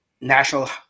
national